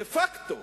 דה-פקטו